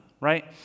right